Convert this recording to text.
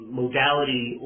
modality